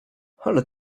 ale